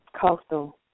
coastal